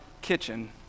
kitchen